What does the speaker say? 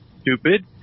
stupid